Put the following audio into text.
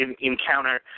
encounter